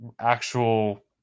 actual